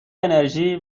انرژی